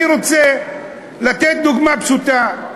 אני רוצה לתת דוגמה פשוטה.